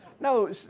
No